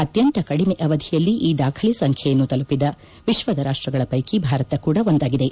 ಅತ್ನಂತ ಕಡಿಮೆ ಅವಧಿಯಲ್ಲಿ ಈ ದಾಖಲೆ ಸಂಖ್ಯೆಯನ್ನು ತಲುಪಿದ ವಿಶ್ವದ ರಾಷ್ಟಗಳ ಪೈಕಿ ಭಾರತ ಕೂಡ ಒಂದಾಗಿದೆ